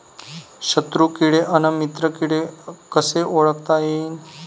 शत्रु किडे अन मित्र किडे कसे ओळखता येईन?